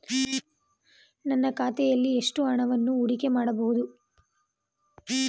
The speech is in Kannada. ನನ್ನ ಖಾತೆಯಲ್ಲಿ ಎಷ್ಟು ಹಣವನ್ನು ಹೂಡಿಕೆ ಮಾಡಬಹುದು?